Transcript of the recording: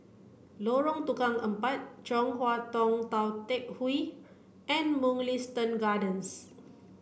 Lorong Tukang Empat Chong Hua Tong Tou Teck Hwee and Mugliston Gardens